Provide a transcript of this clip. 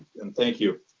and thank you.